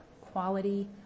quality